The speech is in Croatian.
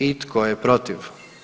I tko je protiv?